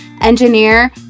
engineer